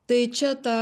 tai čia ta